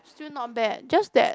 still not bad just that